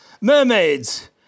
mermaids